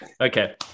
okay